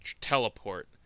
teleport